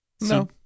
No